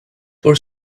for